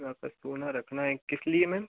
आपका सोना रखना है किस लिए मैम